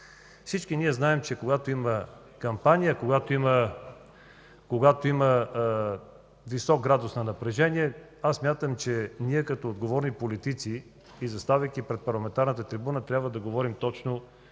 Всички ние знаем, че когато има кампания, когато има висок градус на напрежение, аз смятам, че ние като отговорни политици и заставайки пред парламентарната трибуна, трябва да говорим точно